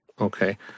Okay